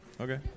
Okay